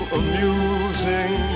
amusing